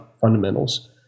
fundamentals